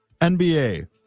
NBA